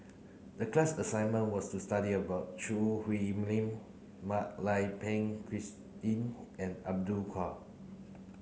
the class assignment was to study about Choo Hwee Lim Mak Lai Peng Christine and